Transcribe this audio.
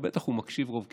אבל בטח הוא מקשיב רוב קשב.